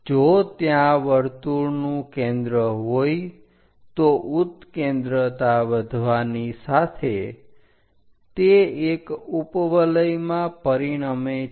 જો ત્યાં વર્તુળ નું કેન્દ્ર હોય તો ઉત્કેન્દ્રતા વધવાની સાથે તે એક ઉપવલય માં પરિણમે છે